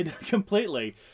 completely